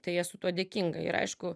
tai esu tuo dėkinga ir aišku